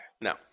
No